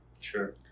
Sure